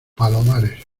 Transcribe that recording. palomares